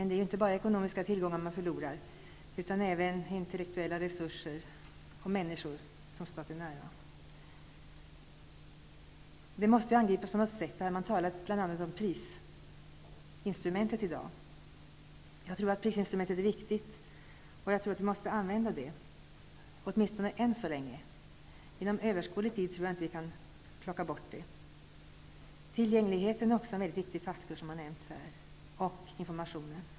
Det är inte bara ekonomiska tillgångar som man förlorar, utan även intellektuella resurser och människor som stått en nära. Dessa problem måste angripas på något sätt. Man har här i dag talat om prisinstrumentet. Prisinstrumentet är viktigt, och vi måste använda det, åtminstone än så länge. Jag tror inte att vi kan plocka bort det inom överskådlig tid. Tillgängligheten är också en mycket viktig faktor som man här har hänvisat till, och det är även informationen.